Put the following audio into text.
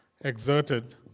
exerted